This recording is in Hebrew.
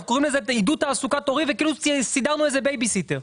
אנחנו קוראים לזה עידוד תעסוקת הורים וכאילו שסידרנו איזה בייביסיטר.